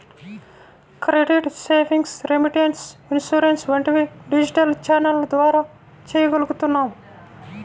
credit, savings, remittance, insurance వంటివి డిజిటల్ ఛానెల్ల ద్వారా చెయ్యగలుగుతున్నాం